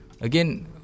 again